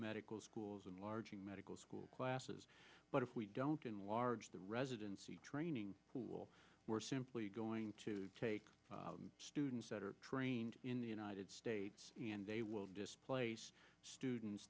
medical schools and largely medical school classes but if we don't enlarge the residency training pool we're simply going to take students that are trained in the united states and they will displace students